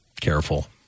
careful